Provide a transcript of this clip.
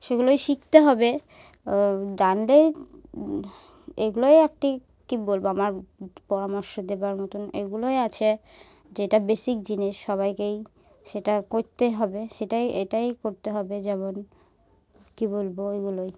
সেগুলোই শিখতে হবে জানলেই এগুলোই একটি কী বলব আমার পরামর্শ দেওয়ার মতন এগুলোই আছে যেটা বেসিক জিনিস সবাইকেই সেটা করতে হবে সেটাই এটাই করতে হবে যেমন কী বলব এগুলোই